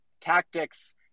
tactics